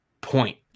point